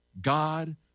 God